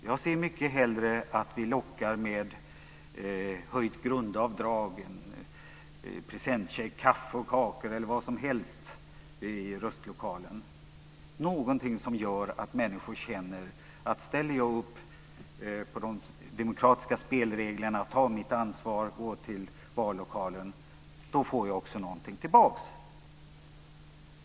Jag ser mycket hellre att vi lockar med höjt grundavdrag, en presentcheck, kaffe och kakor eller vad som helst i röstlokalen. Det ska vara någonting som gör att människor känner att om jag ställer upp på de demokratiska spelreglerna, tar mitt ansvar och går till vallokalen så får jag också någonting tillbaka.